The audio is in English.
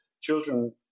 children